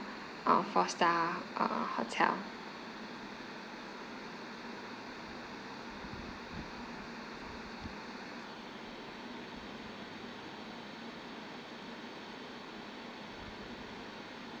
uh four star uh hotel